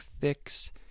fix